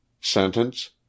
sentence